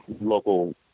local